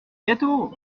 gâteau